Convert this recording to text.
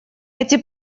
эти